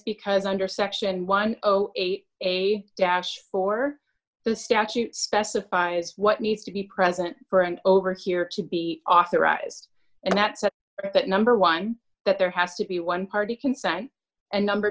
because under section one hundred and eight a dash for the statute specifies what needs to be present for and over here to be authorized and that that number one that there has to be one party consent and number